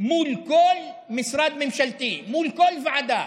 מול כל משרד ממשלתי, מול כל ועדה,